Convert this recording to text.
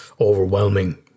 overwhelming